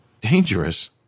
Dangerous